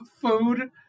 food